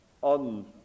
on